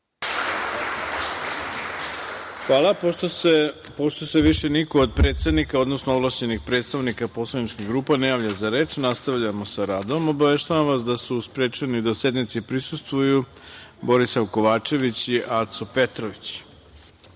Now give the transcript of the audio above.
Hvala. Pošto se više niko od predsednika, odnosno ovlašćenih predstavnika poslaničkih grupa ne javlja za reč, nastavljamo sa radom. Obaveštavam vas da su sprečeni da sednici prisustvuju Borisav Kovačević i Aco Petrović. Dame